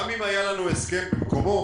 גם אם היה לנו הסכם במקומו,